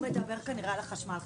הוא מדבר כנראה על החשמל.